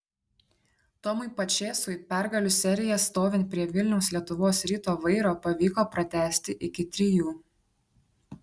tomui pačėsui pergalių seriją stovint prie vilniaus lietuvos ryto vairo pavyko pratęsti iki trijų